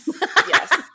yes